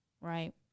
right